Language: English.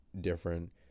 different